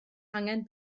angen